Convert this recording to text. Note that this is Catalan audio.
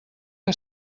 que